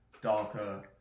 darker